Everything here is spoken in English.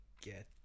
get